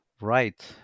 right